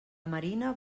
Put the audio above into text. marina